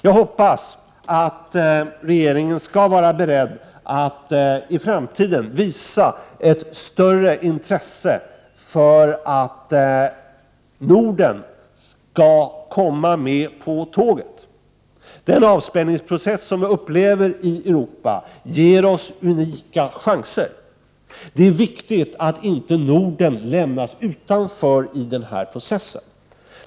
Jag hoppas att regeringen skall vara beredd att i framtiden visa ett större intresse för att Norden skall komma med på tåget. Den avspänningsprocess som vi upplever i Europa ger oss unika chanser. Det är viktigt att Norden inte lämnas utanför i den här processen.